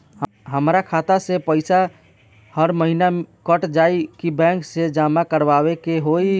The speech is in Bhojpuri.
हमार खाता से पैसा हर महीना कट जायी की बैंक मे जमा करवाए के होई?